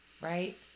right